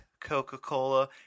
Coca-Cola